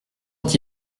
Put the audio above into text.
est